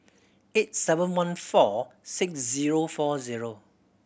eight seven one four six zero four zero